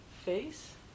face